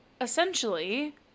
essentially